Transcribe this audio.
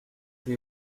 dès